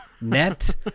Net